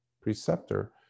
preceptor